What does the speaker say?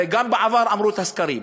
הרי גם בעבר אמרו: הסקרים.